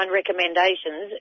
recommendations